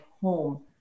home